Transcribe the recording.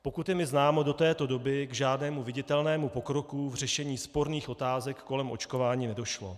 Pokud je mi známo, do této doby k žádnému viditelnému pokroku v řešení sporných otázek kolem očkování nedošlo.